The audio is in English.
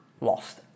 lost